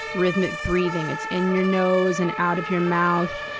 rhythmic breathing. it's in your nose and out of your mouth.